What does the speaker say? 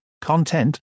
content